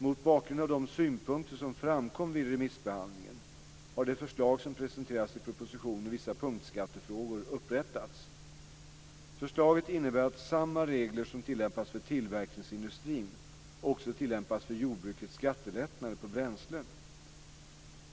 Mot bakgrund av de synpunkter som framkom vid remissbehandlingen, har det förslag som presenterats i propositionen Vissa punktskattefrågor upprättats. Förslaget innebär att samma regler som tillämpas för tillverkningsindustrin också tillämpas för jordbrukets skattelättnader på bränslen.